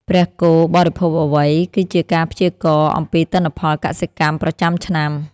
ព្រះគោបរិភោគអ្វី គឺជាការព្យាករណ៍អំពីទិន្នផលកសិកម្មប្រចាំឆ្នាំ។